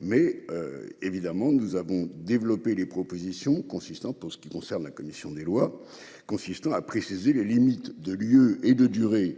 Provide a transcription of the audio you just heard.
mais évidemment nous avons développé les propositions consistant pour ce qui concerne la commission des lois consistant à préciser les limites de lieux et de durée